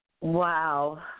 Wow